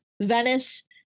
Venice